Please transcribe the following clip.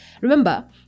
remember